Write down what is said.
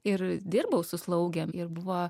ir dirbau su slaugėm ir buvo